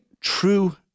true